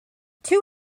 two